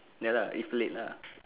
ya lah if late lah